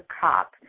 cop